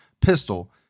pistol